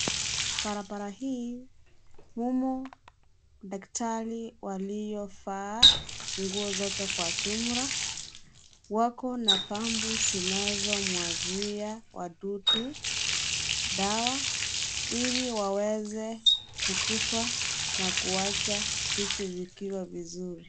Barabara hii, humu daktari waliovaa nguo zote kwa jumla, wako na pump zinazomwagia wadudu dawa, ili waweze kukufa na kucha vitu zikiwa vizuri.